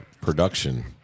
production